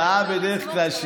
זו משוואה שהיא בדרך כלל,